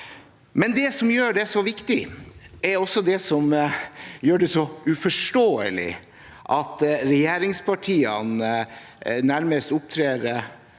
Det som gjør den så viktig, er også det som gjør det så uforståelig at regjeringspartiene opptrer